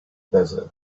desert